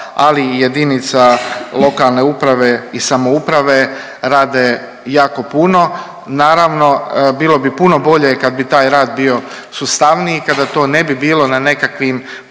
ali i jedinica lokalne uprave i samouprave rade jako puno. Naravno bilo bi puno bolje kad bi taj rad bio sustavniji, kada to ne bi bilo na nekakvim pojedinačnim